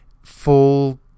full